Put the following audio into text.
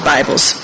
Bibles